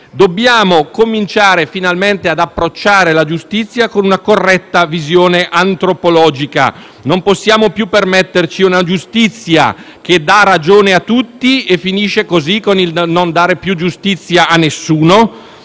Dobbiamo cominciare finalmente ad approcciare la giustizia con una corretta visione antropologica. Non possiamo più permetterci una giustizia che dà ragione a tutti e finisce così con il non dare più giustizia a nessuno.